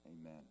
Amen